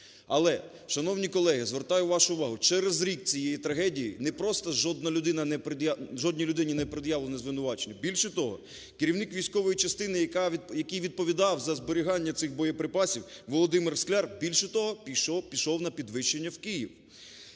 Але, шановні колеги, звертаю вашу увагу, через рік цієї трагедії не просто жодна людина не, жодній людині не пред'явлені звинувачення. Більше того, керівник військової частини, який відповідав за зберігання цих боєприпасів, Володимир Скляр, більше того, пішов на підвищення в Київ.